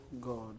God